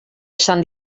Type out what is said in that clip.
esan